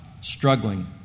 struggling